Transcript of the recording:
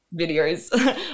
videos